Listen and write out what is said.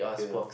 K lah